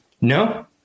No